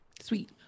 Sweet